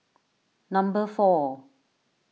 number four